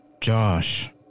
Josh